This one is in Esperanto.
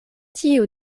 tiu